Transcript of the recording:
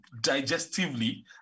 digestively